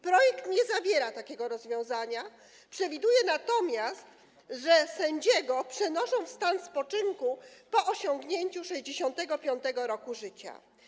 Projekt nie zawiera takiego rozwiązania, przewiduje natomiast, że sędziego przenosi się w stan spoczynku po osiągnięciu 65. roku życia.